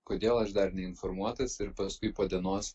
kodėl aš dar neinformuotas ir paskui po dienos